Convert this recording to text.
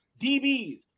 DBs